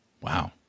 Wow